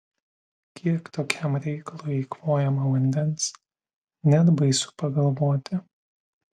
kiek tokiam reikalui eikvojama vandens net baisu pagalvoti